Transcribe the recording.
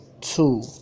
Two